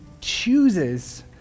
chooses